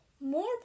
more